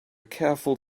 careful